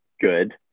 good